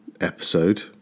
episode